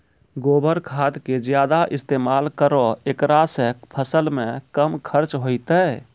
गोबर खाद के ज्यादा इस्तेमाल करौ ऐकरा से फसल मे कम खर्च होईतै?